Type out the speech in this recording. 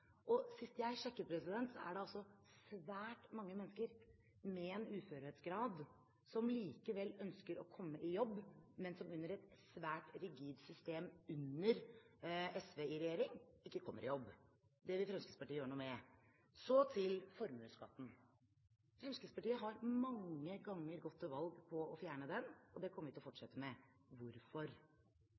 jobb. Sist jeg sjekket, var det svært mange mennesker med en uførhetsgrad som ønsket å komme i jobb, men som under et svært rigid system med SV i regjering ikke kommer i jobb. Det vil Fremskrittspartiet gjøre noe med. Så til formuesskatten. Fremskrittspartiet har mange ganger gått til valg på å fjerne den, og det kommer vi til å fortsette med. Hvorfor?